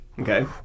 Okay